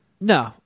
No